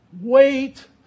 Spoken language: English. wait